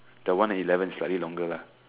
the one at eleven is slightly longer right